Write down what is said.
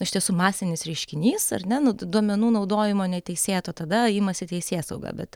iš tiesų masinis reiškinys ar ne duomenų naudojimo neteisėto tada imasi teisėsauga bet